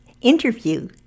interview